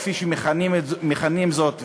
כפי שמכנים זאת,